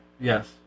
Yes